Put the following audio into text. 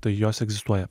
tai jos egzistuoja